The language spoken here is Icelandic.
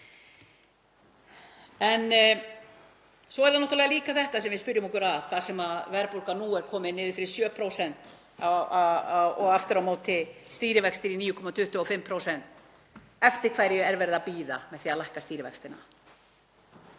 Svo er náttúrlega líka þetta sem við spyrjum okkur að þar sem verðbólga nú er komin niður fyrir 7% og aftur á móti stýrivextir í 9,25%, eftir hverju er verið að bíða með því að lækka stýrivextina?